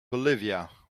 bolivia